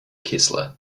kessler